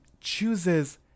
chooses